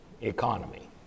economy